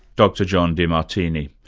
dr john demartini.